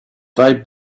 they